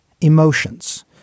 Emotions